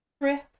trip